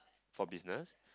for business